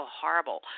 horrible